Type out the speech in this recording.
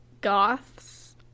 goths